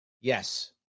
Yes